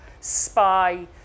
spy